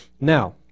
Now